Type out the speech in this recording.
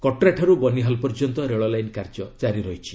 କଟ୍ରା ଠାରୁ ବନିହାଲ୍ ପର୍ଯ୍ୟନ୍ତ ରେଳ ଲାଇନ୍ କାର୍ଯ୍ୟ କାରି ରହିଛି